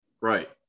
Right